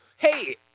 Hey